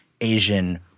Asian